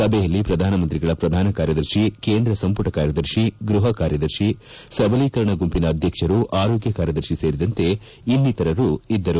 ಸಭೆಯಲ್ಲಿ ಪ್ರಧಾನಮಂತ್ರಿಗಳ ಪ್ರಧಾನ ಕಾರ್ಯದರ್ಶಿ ಕೇಂದ್ರ ಸಂಪುಟ ಕಾರ್ಯದರ್ಶಿ ಗೃಪ ಕಾರ್ಯದರ್ಶಿ ಸಬಲೀಕರಣ ಗುಂಪಿನ ಅಧ್ಯಕ್ಷರು ಆರೋಗ್ಯ ಕಾರ್ಯದರ್ಶಿ ಸೇರಿದಂತೆ ಇನ್ನಿತರರು ಇದ್ದರು